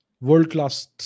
world-class